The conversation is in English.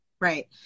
Right